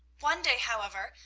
one day, however,